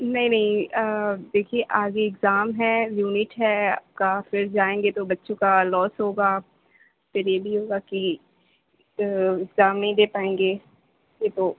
نہیں نہیں دیکھیے آگے اگزام ہے یونٹ ہے آپ کا پھر جائیں گے تو بچوں کا لاس ہوگا پھر یہ بھی ہو گا کہ اگزام نہیں دے پائیں گے پھر تو